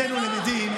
כספים קואליציוניים,